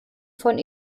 von